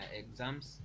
exams